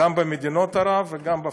גם במדינות ערב וגם בפלסטינים.